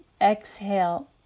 exhale